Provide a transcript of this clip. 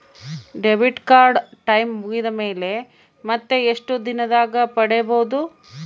Debit card time ಮುಗಿದ ಮೇಲೆ ಮತ್ತೆ ಎಷ್ಟು ದಿನದಾಗ ಪಡೇಬೋದು?